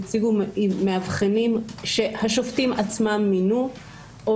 הציגו מאבחנים שהשופטים עצמם מינו או